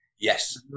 Yes